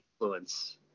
influence